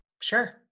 Sure